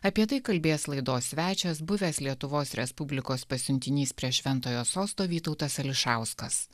apie tai kalbės laidos svečias buvęs lietuvos respublikos pasiuntinys prie šventojo sosto vytautas ališauskas